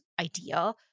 idea